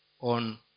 on